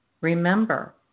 Remember